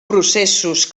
processos